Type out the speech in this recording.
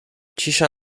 cisza